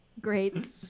Great